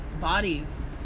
bodies